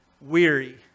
weary